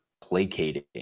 placating